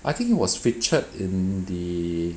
I think it was featured in the